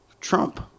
trump